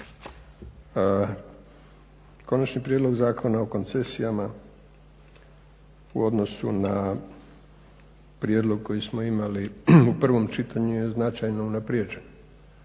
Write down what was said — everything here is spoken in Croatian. Konačni prijedlog Zakona o koncesijama u odnosu na prijedlog koji smo imali u prvom čitanju je značajno unaprijeđen,